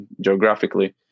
geographically